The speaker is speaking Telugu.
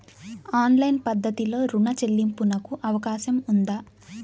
ఆన్లైన్ పద్ధతిలో రుణ చెల్లింపునకు అవకాశం ఉందా?